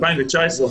ב-2019,